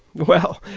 well,